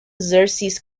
xerxes